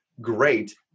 great